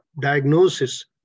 diagnosis